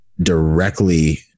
directly